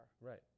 Right